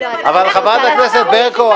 --- חברת הכנסת ברקו,